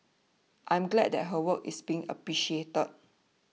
I am glad that her work is being appreciated